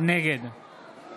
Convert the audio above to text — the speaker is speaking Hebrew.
נגד